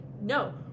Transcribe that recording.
no